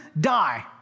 die